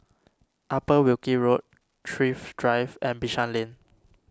Upper Wilkie Road Thrift Drive and Bishan Lane